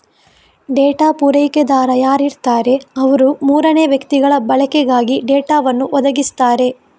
data ಪೂರೈಕೆದಾರ ಯಾರಿರ್ತಾರೆ ಅವ್ರು ಮೂರನೇ ವ್ಯಕ್ತಿಗಳ ಬಳಕೆಗಾಗಿ ಡೇಟಾವನ್ನು ಒದಗಿಸ್ತಾರೆ